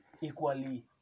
equally